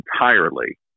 entirely